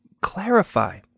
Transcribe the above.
clarify